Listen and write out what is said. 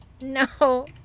no